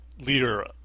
leader